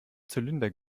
zylinder